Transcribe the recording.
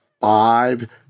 five